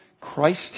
Christ